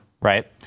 right